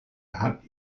hat